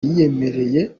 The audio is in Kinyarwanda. yiyemereye